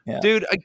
dude